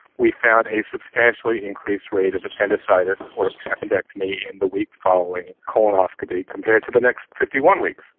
we found a substantially and increased rate of appendicitis or appendectomy in the week following colonoscopy compared to the next fifty one weeks.